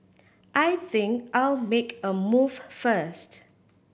I think I'll make a move first